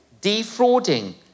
defrauding